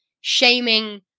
shaming